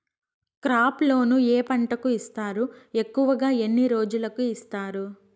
crop loan ఏ పంటలకు ఇస్తారు ఎక్కువగా ఎన్ని రోజులకి ఇస్తారు